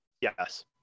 Yes